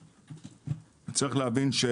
להבין,